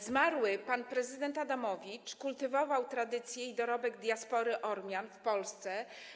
Zmarły pan prezydent Adamowicz kultywował tradycję i dorobek diaspory Ormian w Polsce.